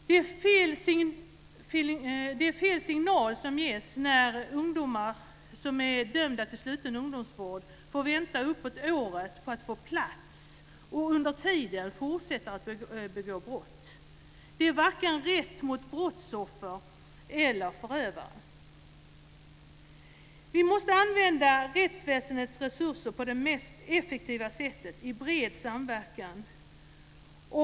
Det är fel signal som ges när ungdomar som är dömda till sluten ungdomsvård får vänta uppåt året på att få plats och under tiden fortsätta att begå brott. Det är varken rätt mot brottsoffer eller förövare. Vi måste använda rättsväsendets resurser på det mest effektiva sättet, i bred samverkan.